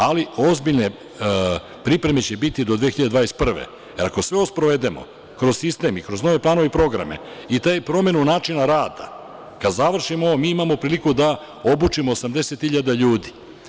Ali, ozbiljne pripreme će biti do 2021. godine i ako sve ovo sprovedemo kroz sistem i kroz nove planove i programe, i ta promena u načinu rada, kada završimo ovo, mi imao priliku da obučimo 80 hiljada ljudi.